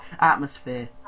atmosphere